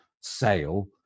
sale